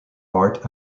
art